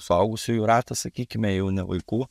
suaugusiųjų ratas sakykime jau ne vaikų